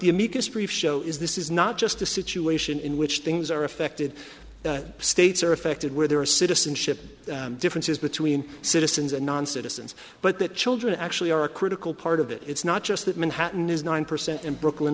the amicus brief show is this is not just a situation in which things are affected states are affected where there are citizen ship differences between citizens and non citizens but the children actually are a critical part of it it's not just that manhattan is nine percent in brooklyn